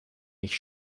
mich